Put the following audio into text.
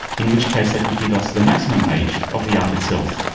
in which case that would give us the maximum age of the art itself.